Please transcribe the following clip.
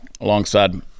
alongside